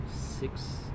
six